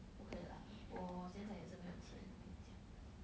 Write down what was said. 不可以 lah 我现在也是没有钱跟你讲